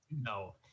No